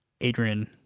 Adrian